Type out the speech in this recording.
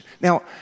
now